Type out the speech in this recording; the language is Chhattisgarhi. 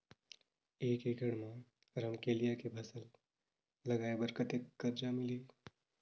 एक एकड़ मा रमकेलिया के फसल लगाय बार कतेक कर्जा मिलही?